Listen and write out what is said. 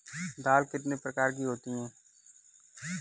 दाल कितने प्रकार की होती है?